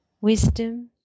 wisdom